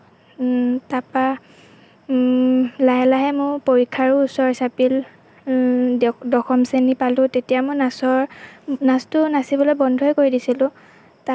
তাৰপৰা লাহে লাহে মোৰ পৰীক্ষাৰো ওচৰ চাপিল দ দশম শ্ৰেণী পালোঁ তেতিয়া মোৰ নাচৰ নাচটো নাচিবলৈ বন্ধই কৰি দিছিলোঁ